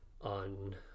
on